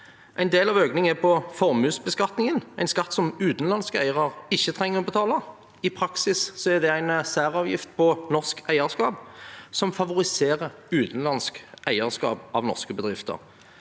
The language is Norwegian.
En del av økningen er på formuesbeskatningen, en skatt utenlandske eiere ikke trenger å betale. I praksis er det en særavgift på norsk eierskap som favoriserer utenlandsk eierskap av norske bedrifter.